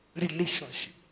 Relationship